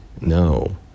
No